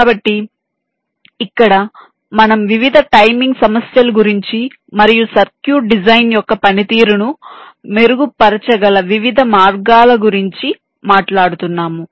కాబట్టి ఇక్కడ మనం వివిధ టైమింగ్ సమస్యల గురించి మరియు సర్క్యూట్ డిజైన్ యొక్క పనితీరును మెరుగుపరచగల వివిధ మార్గాల గురించి మాట్లాడుతున్నాము